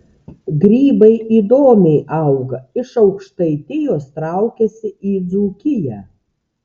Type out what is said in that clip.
grybai įdomiai auga iš aukštaitijos traukiasi į dzūkiją